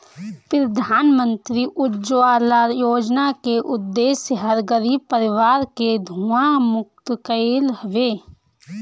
प्रधानमंत्री उज्ज्वला योजना के उद्देश्य हर गरीब परिवार के धुंआ मुक्त कईल हवे